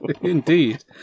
Indeed